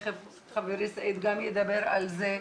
תיכף חברי סעיד גם ידבר על זה,